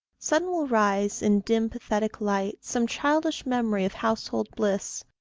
sudden will rise, in dim pathetic light, some childish memory of household bliss,